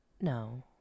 No